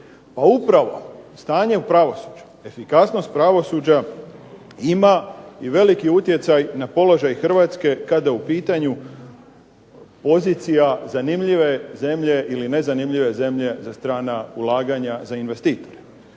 upravo stanje u pravosuđu, efikasnost pravosuđa ima i veliki utjecaj na položaj Hrvatske kada je u pitanju pozicija zanimljive zemlje ili nezanimljive zemlje za strana ulaganja za investitore.